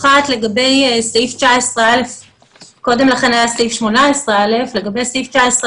אחת לגבי סעיף 19א. קודם לכן היה סעיף 18א. לגבי סעיף